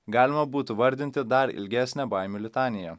galima būtų vardinti dar ilgesnę baimių litaniją